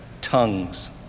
Tongues